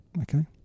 Okay